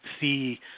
see